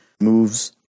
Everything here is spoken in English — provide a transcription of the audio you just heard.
moves